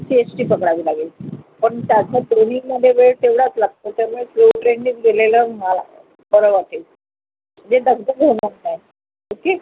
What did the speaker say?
C S T पकडावी लागेल पण त्याच्या ट्रेनिंगमध्ये वेळ तेवढाच लागतो त्यामुळे स्लो ट्रेननेच गेलेलं मला बरं वाटेल म्हणजे दगदग होणार नाही ओके